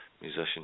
musician